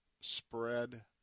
spread